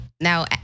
Now